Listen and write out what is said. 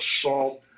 assault